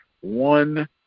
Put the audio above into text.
one